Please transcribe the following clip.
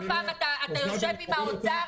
כל פעם אתה יושב עם האוצר,